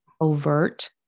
overt